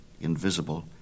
invisible